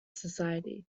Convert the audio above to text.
society